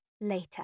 later